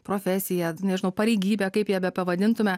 profesiją nežinau pareigybę kaip ją bepavadintume